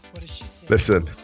listen